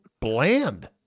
bland